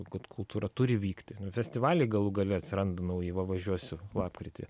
kad kultūra turi vykti festivaliai galų gale atsiranda nauji va važiuosiu lapkritį